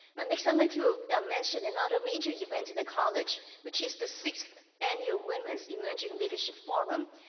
next, i'd like to mention another major event in the college, which is the sixth annual women's emerging leadership forum.